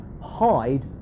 hide